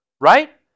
right